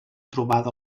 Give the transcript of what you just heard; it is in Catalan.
trobada